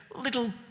little